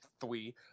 three